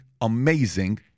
amazing